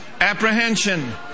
Apprehension